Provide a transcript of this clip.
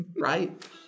right